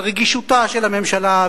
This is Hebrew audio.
על רגישותה של הממשלה,